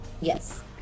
Yes